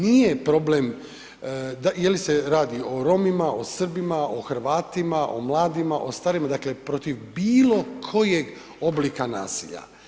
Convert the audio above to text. Nije problem je li se radi o Romima, o Srbima, o Hrvatima, o mladima, o starima, dakle, protiv bilo kojeg oblika nasilja.